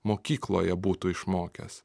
mokykloje būtų išmokęs